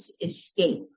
escape